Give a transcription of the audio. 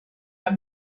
were